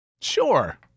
sure